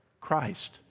Christ